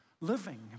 living